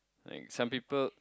like some people